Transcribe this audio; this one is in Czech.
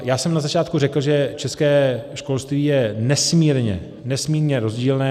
Já jsem na začátku řekl, že české školství je nesmírně, nesmírně rozdílné.